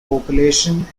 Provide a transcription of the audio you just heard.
population